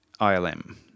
ILM